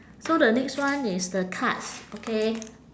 so the next one is the cards okay